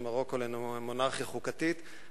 של מרוקו למונרכיה חוקתית.